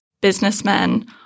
businessmen